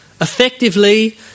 effectively